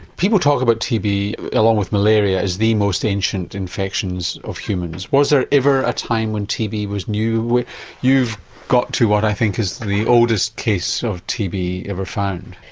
people talk about tb along with malaria as the most ancient infections of humans. was there ever a time when tb was new, you've got to what i think is the oldest case of tb ever found?